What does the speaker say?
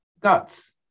guts